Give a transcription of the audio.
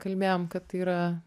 kalbėjom kad tai yra